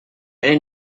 and